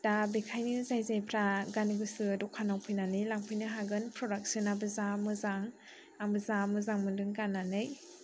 दा बेखायनो जाय जायफ्रा गाननो गोसो दखानाव फैनानै लांफैनो हागोन प्रदाकसनाबो जा मोजां आंबो जा मोजां मोन्दों गाननानै